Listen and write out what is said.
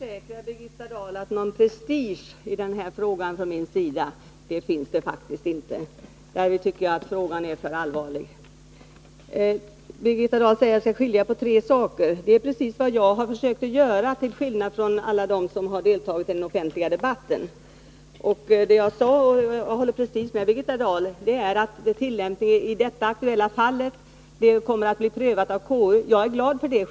Fru talman! Jag kan försäkra Birgitta Dahl att det faktiskt inte handlar om någon prestige från min sida i den här frågan — den är för allvarlig för det. Birgitta Dahl säger sig skilja på tre saker. Det är precis vad också jag har försökt göra, till skillnad från alla dem som deltagit i den offentliga debatten. Jag håller helt med Birgitta Dahl i fråga om KU:s prövning av tillämpningen av lagen i det nu aktuella fallet, och jag är glad att en prövning kommer att göras.